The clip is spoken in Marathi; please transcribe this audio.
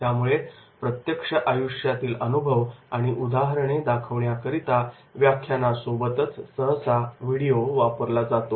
त्यामुळे प्रत्यक्ष आयुष्यातील अनुभव आणि उदाहरणे दाखवण्याकरता व्याख्यानासोबतच सहसा व्हिडीओ वापरला जातो